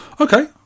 okay